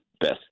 best